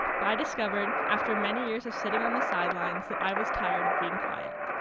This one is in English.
but i discovered after many years of sitting on the sidelines that i was tired of being quiet.